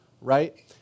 right